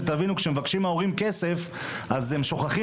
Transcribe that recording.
שתבינו שכשמבקשים מההורים כסף אז הם שוכחים